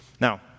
Now